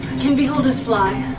can beholders fly?